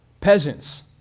peasants